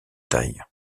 taille